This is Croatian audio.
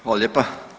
Hvala lijepa.